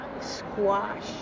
squash